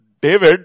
David